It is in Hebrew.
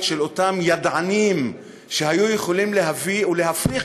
של אותם ידענים שהיו יכולים להביא ולהפריך,